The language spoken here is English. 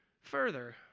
further